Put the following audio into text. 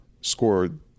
scored